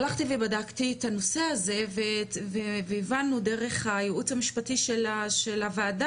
הלכתי ובדקתי את הנושא הזה והבנו דרך הייעוץ המשפטי של הוועדה,